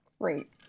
great